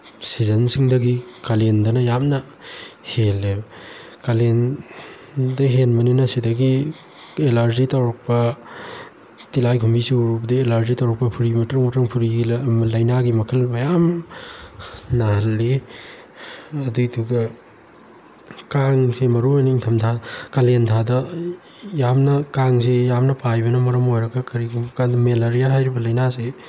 ꯁꯤꯖꯟꯁꯤꯡꯗꯒꯤ ꯀꯥꯂꯦꯟꯗꯅ ꯌꯥꯝꯅ ꯍꯦꯜꯂꯦꯕ ꯀꯥꯂꯦꯟꯗ ꯍꯦꯟꯕꯅꯤꯅ ꯁꯤꯗꯒꯤ ꯑꯦꯂꯥꯔꯖꯤ ꯇꯧꯔꯛꯄ ꯇꯤꯂꯥꯏꯈꯣꯝꯕꯤ ꯆꯨꯔꯨꯕꯗꯒꯤ ꯑꯦꯂꯥꯔꯖꯤ ꯇꯧꯔꯛꯄ ꯐꯨꯔꯤ ꯃꯇ꯭ꯔꯪ ꯃꯇ꯭ꯔꯪ ꯐꯨꯔꯤꯒꯤ ꯂꯩꯅꯥꯒꯤ ꯃꯈꯜ ꯃꯌꯥꯝ ꯑꯃ ꯅꯥꯍꯜꯂꯤ ꯑꯗꯨꯒꯤꯗꯨꯒ ꯀꯥꯡꯁꯦ ꯃꯔꯨꯑꯣꯏꯅ ꯏꯪꯊꯝꯊꯥ ꯀꯥꯂꯦꯟꯊꯥꯗ ꯌꯥꯝꯅ ꯀꯥꯡꯁꯤ ꯌꯥꯝꯅ ꯄꯥꯏꯕꯅ ꯃꯔꯝ ꯑꯣꯏꯔꯒ ꯀꯔꯤꯒꯨꯝꯕ ꯀꯥꯟꯗ ꯃꯦꯂꯔꯤꯌꯥ ꯍꯥꯏꯔꯤꯕ ꯂꯩꯅꯥꯁꯤ